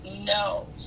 no